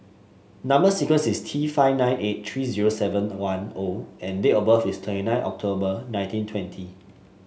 number sequence is T five nine eight three zero seven one O and date of birth is twenty nine October nineteen twenty